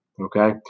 Okay